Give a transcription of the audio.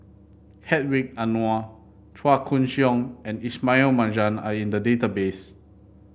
Hedwig Anuar Chua Koon Siong and Ismail Marjan are in the database